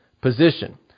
position